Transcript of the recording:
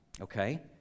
okay